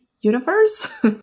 universe